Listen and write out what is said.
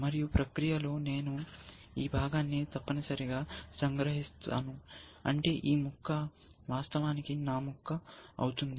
మరియు ప్రక్రియలో నేను ఈ భాగాన్ని తప్పనిసరిగా సంగ్రహిస్తాను అంటే ఈ ముక్క వాస్తవానికి నా ముక్క అవుతుంది